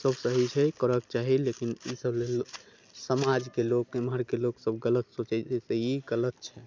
सब सही छै करऽके चाही लेकिन ई सब लेल समाजके लोक इमहरके लोकसब गलत सोचैत छै ई गलत छै